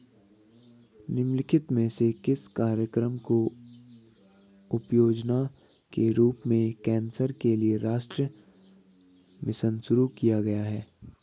निम्नलिखित में से किस कार्यक्रम को उपयोजना के रूप में कैंसर के लिए राष्ट्रीय मिशन शुरू किया गया है?